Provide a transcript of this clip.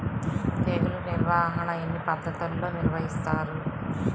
తెగులు నిర్వాహణ ఎన్ని పద్ధతుల్లో నిర్వహిస్తారు?